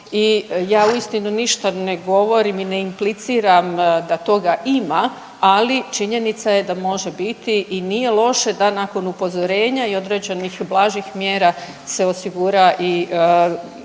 ja uistinu ništa ne govorim i ne impliciram da toga ima, ali činjenica je da može biti i nije loše da nakon upozorenja i određenih blažih mjera se osigura i ta mjera